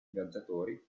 viaggiatori